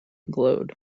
glowed